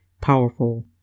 powerful